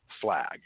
flag